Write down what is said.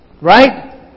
Right